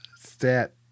stat